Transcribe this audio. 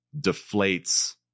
deflates